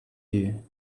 you